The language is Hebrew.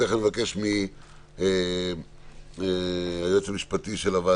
ו-(תיקון מס' 18). תיכף נבקש מהיועץ המשפטי של הוועדה